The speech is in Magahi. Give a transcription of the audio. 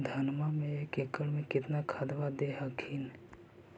धनमा मे एक एकड़ मे कितना खदबा दे हखिन?